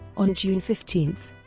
on june fifteen,